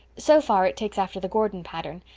so far, it takes after the gordon pattern,